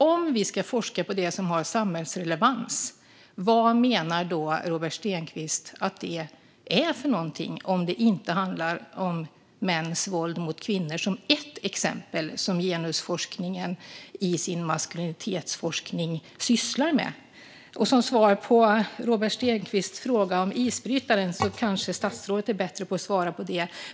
Om vi ska forska på det som har samhällsrelevans, vad menar då Robert Stenkvist att det ska vara, om det inte handlar om mäns våld mot kvinnor som ett exempel som genusforskningen i sin maskulinitetsforskning sysslar med? Robert Stenkvists fråga om isbrytarna kan kanske statsrådet bättre svara på.